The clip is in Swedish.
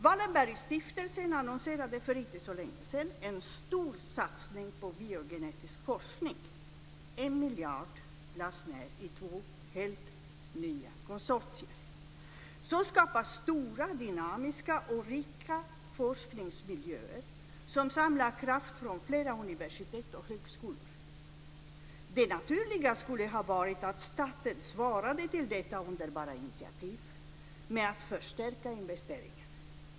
Wallenbergstiftelsen annonserade för inte så länge sedan en stor satsning på biogenetisk forskning. 1 miljard lades ned i två helt nya konsortier. Så skapas stora, dynamiska och rika forskningsmiljöer som samlar kraft från flera universitet och högskolor. Det naturliga skulle ha varit att staten svarade på detta underbara initiativ med att förstärka investeringen.